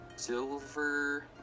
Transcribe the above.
silver